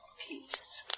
peace